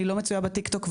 אני לא מצויה בטיקטוק,